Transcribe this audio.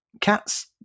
cats